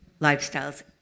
lifestyles